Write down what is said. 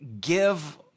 give